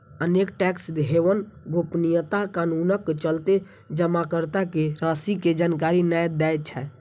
अनेक tax haven गोपनीयता कानूनक चलते जमाकर्ता के राशि के जानकारी नै दै छै